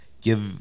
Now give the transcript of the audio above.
Give